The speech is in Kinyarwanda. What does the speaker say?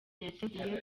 yateguye